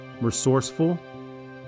resourceful